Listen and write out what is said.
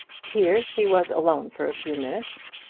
here she was alone for a few minutes.